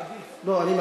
עדיף.